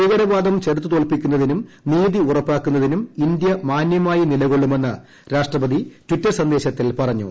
ഭീകരവാദം ചെറുത്തു തോൽപിക്കുന്നതിനും നീതി ഉറപ്പാക്കുന്നതിനും ഇന്ത്യ മാന്യമായി നിലകൊള്ളുമെന്ന് രാഷ്ട്രപതി ടിറ്റർ സന്ദേശത്തിൽ പറഞ്ഞു